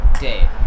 day